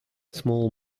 small